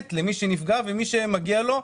למי שנפגע ומי שמגיע לו,